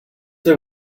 they